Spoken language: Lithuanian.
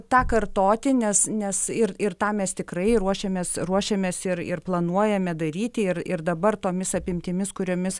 tą kartoti nes nes ir ir tą mes tikrai ruošėmės ruošėmės ir ir planuojame daryti ir ir dabar tomis apimtimis kuriomis